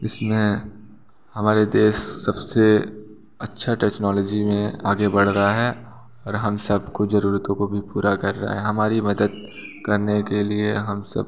इसमें हमारा देश सब से अच्छा टेकनोलॉजी में आगे बढ़ रहा है और हम सब की ज़रूरतों को भी पूरा कर रहा है हमारी मदद करने के लिए हम सब